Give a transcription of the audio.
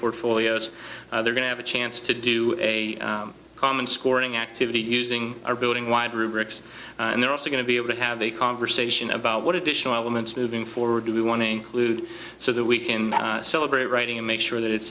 portfolios they're going to have a chance to do a common scoring activity using our building wide rubrics and they're also going to be able to have a conversation about what additional elements moving forward do we want to include so that we celebrate writing and make sure that it's